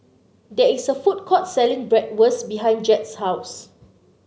there is a food court selling Bratwurst behind Jett's house